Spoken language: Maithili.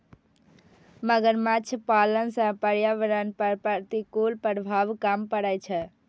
मगरमच्छ पालन सं पर्यावरण पर प्रतिकूल प्रभाव कम पड़ै छै